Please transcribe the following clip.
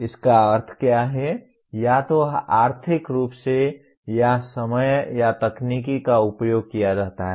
इसका अर्थ क्या है या तो आर्थिक रूप से या समय या तकनीक का उपयोग किया जाता है